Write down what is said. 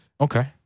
Okay